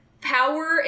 power